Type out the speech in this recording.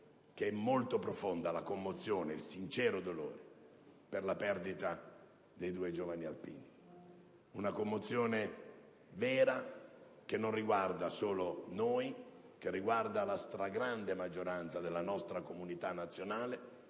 che è molto profonda la commozione ed è sincero il dolore per la perdita dei due giovani alpini. È una commozione vera che non riguarda solo noi, ma la stragrande maggioranza della nostra comunità nazionale